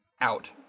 out